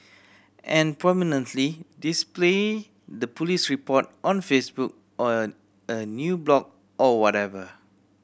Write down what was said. and prominently display the police report on Facebook or a a new blog or whatever